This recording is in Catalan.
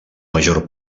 major